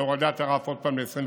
חותם על הורדת הרף עוד פעם ל-25%.